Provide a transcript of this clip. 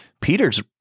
Peter's